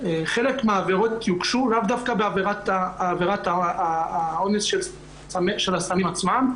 חלק מהעבירות יוגשו לאו דווקא בעבירת האונס של הסמים עצמם,